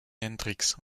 hendrix